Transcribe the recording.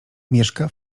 mieszka